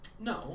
No